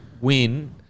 Win